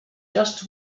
just